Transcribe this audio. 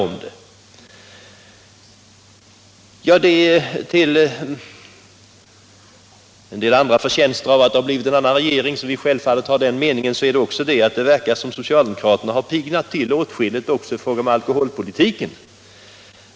Till de övriga fördelarna med att vi fått en ny regering kan man lägga den att det verkar som om socialdemokraterna har piggnat till åtskilligt också i fråga om alkoholpolitiken.